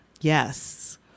Yes